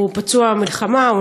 הוא פצוע מלחמה.